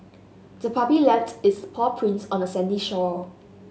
the puppy left its paw prints on the sandy shore